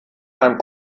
einem